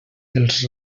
els